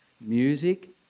Music